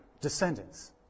descendants